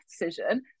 decision